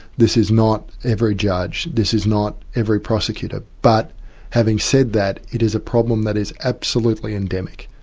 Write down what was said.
this is not every judge, this is not every prosecutor, but having said that, it is a problem that is absolutely endemic.